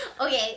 Okay